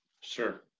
Sure